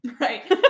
Right